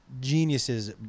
geniuses